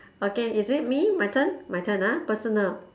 okay is it me my turn my turn ah personal